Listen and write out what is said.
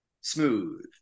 smooth